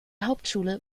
hauptschule